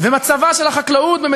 את היוזמים שיזמו את יום החקלאות בכנסת,